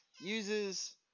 uses